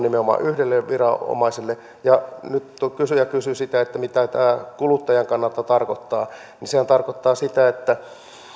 nimenomaan yhdelle viranomaiselle nyt kun kysyjä kysyi sitä mitä tämä kuluttajan kannalta tarkoittaa niin sehän tarkoittaa sitä että